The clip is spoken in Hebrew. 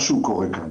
משהו קורה כאן,